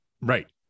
right